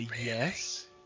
Yes